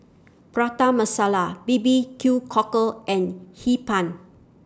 Prata Masala B B Q Cockle and Hee Pan